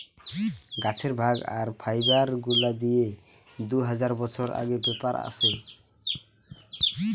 গাছের ভাগ আর ফাইবার গুলা দিয়ে দু হাজার বছর আগে পেপার আসে